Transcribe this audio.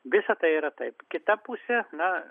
visa tai yra taip kita pusė na